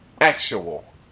actual